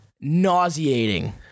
nauseating